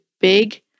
big